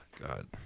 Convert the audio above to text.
God